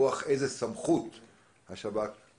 ללכת לחוקים זה בוודאי לא ייתן פתרון למשבר הזה,